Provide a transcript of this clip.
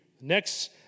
Next